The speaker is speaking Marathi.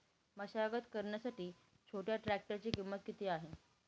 मशागत करण्यासाठी छोट्या ट्रॅक्टरची किंमत किती आहे?